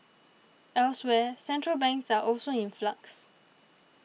elsewhere central banks are also in flux